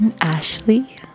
Ashley